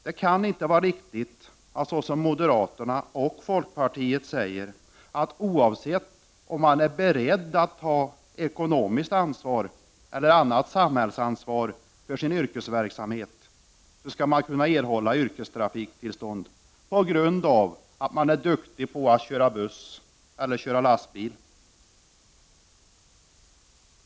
Det kan inte vara riktigt att man, så som moderaterna och folkpartiet säger, oavsett om man är beredd att ta ekonomiskt ansvar eller annat samhällsansvar för sin yrkesverksamhet skall få yrkestrafiktillstånd tack vare att man är duktig på att köra buss eller lastbil.